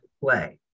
play